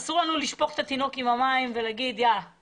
אסור לנו לשפוך את התינוק עם המים ולזרוק הכול